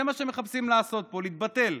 זה מה שמחפשים לעשות פה, להתבטל.